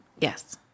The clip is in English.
Yes